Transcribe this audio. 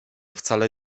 wcale